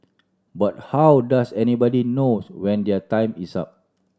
but how does anybody knows when their time is up